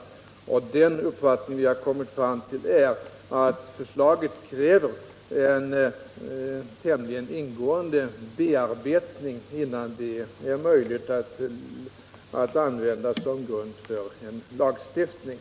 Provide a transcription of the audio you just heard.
Bostadsskattekommittén har också kommit fram till att förslaget kräver en tämligen ingående bearbetning innan det kan användas som grund för en lagstiftning.